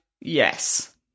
Yes